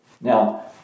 Now